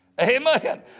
Amen